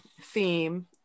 theme